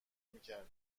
میکرد